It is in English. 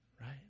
right